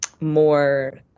more